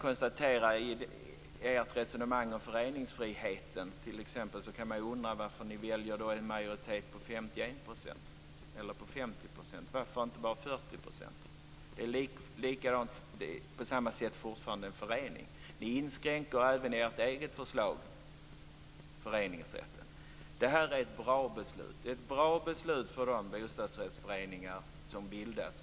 Efter ert resonemang om t.ex. föreningsfriheten kan man undra varför ni väljer en majoritet på 51 % eller 50 %- varför inte bara 40 %? Det är fortfarande en förening. Ni inskränker föreningsrätten även i ert eget förslag. Det här är ett bra beslut. Det är bra för de bostadsrättsföreningar som bildas.